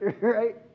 right